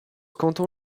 canton